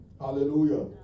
Hallelujah